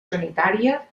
sanitària